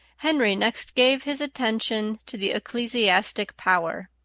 henry next gave his attention to the ecclesiastic power.